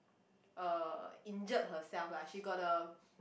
uh injured herself lah she got a